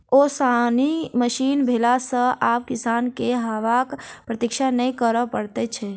ओसौनी मशीन भेला सॅ आब किसान के हवाक प्रतिक्षा नै करय पड़ैत छै